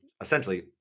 essentially